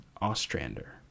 Ostrander